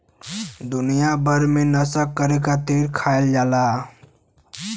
दुनिया भर मे नसा करे खातिर खायल जाला